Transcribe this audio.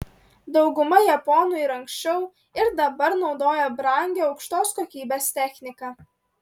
dauguma japonų ir anksčiau ir dabar naudoja brangią aukštos kokybės techniką